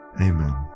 Amen